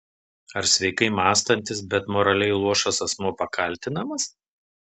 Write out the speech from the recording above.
ar sveikai mąstantis bet moraliai luošas asmuo pakaltinamas